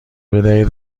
بدهید